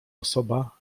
osoba